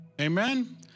Amen